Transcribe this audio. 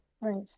right